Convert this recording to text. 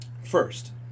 First